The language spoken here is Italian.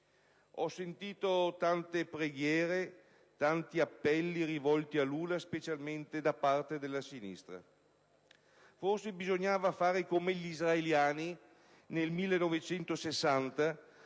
Ho sentito tante preghiere e tanti appelli rivolti a Lula, specialmente da parte della sinistra. Forse bisognava fare come gli israeliani nel 1960,